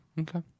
Okay